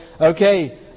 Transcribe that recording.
okay